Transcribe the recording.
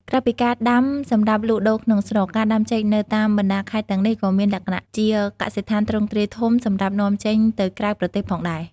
ក្រៅពីការដាំសម្រាប់លក់ដូរក្នុងស្រុក ការដាំចេកនៅតាមបណ្តាខេត្តទាំងនេះក៏មានលក្ខណៈជាកសិដ្ឋានទ្រង់ទ្រាយធំសម្រាប់នាំចេញទៅក្រៅប្រទេសផងដែរ។